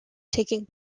taking